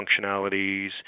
functionalities